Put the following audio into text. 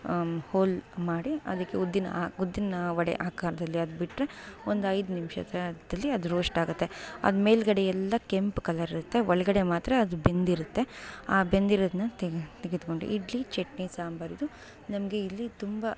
hole ಮಾಡಿ ಅದಕ್ಕೆ ಉದ್ದಿನ ಆ ಉದ್ದಿನ ವಡೆ ಆಕಾರದಲ್ಲಿ ಅದ್ಬಿಟ್ರೆ ಒಂದೈದು ನಿಮ್ಷದಲ್ಲಿ ಅದು ರೋಸ್ಟಾಗತ್ತೆ ಅದ್ಮೇಲ್ಗಡೆ ಎಲ್ಲ ಕೆಂಪು ಕಲರಿರುತ್ತೆ ಒಳಗಡೆ ಮಾತ್ರ ಅದು ಬೆಂದಿರುತ್ತೆ ಆ ಬೆಂದಿರೋದನ್ನ ತೆಗೆದು ತೆಗೆದ್ಕೊಂಡು ಇಡ್ಲಿ ಚಟ್ನಿ ಸಾಂಬಾರಿದು ನಮಗೆ ಇಲ್ಲಿ ತುಂಬ